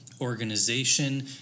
organization